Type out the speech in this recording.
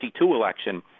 election